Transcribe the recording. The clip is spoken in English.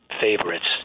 favorites